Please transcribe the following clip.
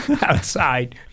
outside